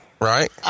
right